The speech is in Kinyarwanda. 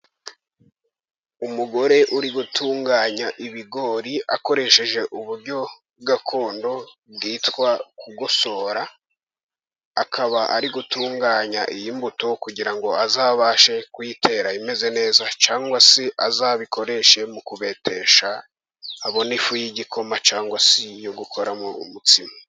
Umugore uri gutunganya ibigori akoresheje uburyo gakondo bwitwa kugosora, akaba ari gutunganya iyi mbuto kugira ngo azabashe kuyitera imeze neza, cyangwa se azabikoreshe mu kubetesha abone ifu y'igikoma cyangwa se iyo gukoramo umutsima.